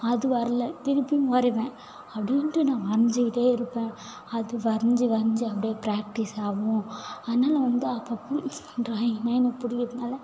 அது வரல திருப்பியும் வரையிவேன் அப்படின்ட்டு நான் வரைந்துக்கிட்டே இருப்பேன் அது வரைந்து வரைந்து அப்படி ப்ராக்டிஸ் ஆகும் அதனால் நான் வந்து அப்போப்ப ட்ராயிங்னா எனக்கு பிடிக்கறதுனால